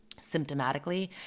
symptomatically